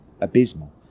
abysmal